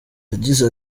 yagize